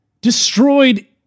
destroyed